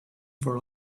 for